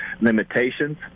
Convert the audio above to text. limitations